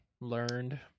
learned